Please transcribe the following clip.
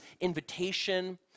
invitation